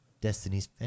destiny's